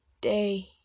day